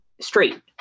straight